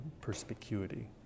perspicuity